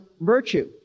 virtue